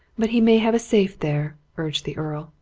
but he may have a safe there, urged the earl.